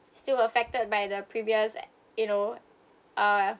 still affected by the previous you know